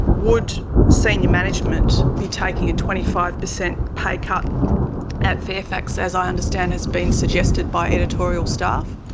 would senior management be taking a twenty five percent pay cut at fairfax, as i understand has been suggested by editorial staff?